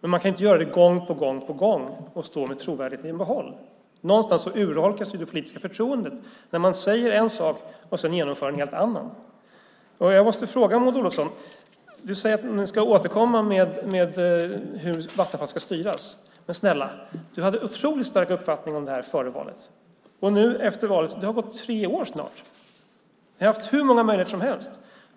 Men man kan inte göra det gång på gång och samtidigt kunna stå med trovärdigheten i behåll. Någonstans urholkas det politiska förtroendet när man säger en sak och sedan genomför en helt annan. Jag vill ställa en fråga till Maud Olofsson. Du säger att ni ska återkomma med hur Vattenfall ska styras. Men snälla, du hade en otroligt stark uppfattning om det före valet! Nu har det snart gått tre år efter valet. Ni har haft hur många möjligheter som helst.